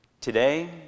Today